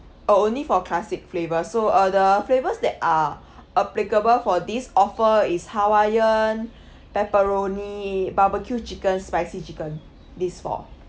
oh only for classic flavour so uh the flavours that are applicable for this offer is hawaiian pepperoni barbecue chicken spicy chicken these four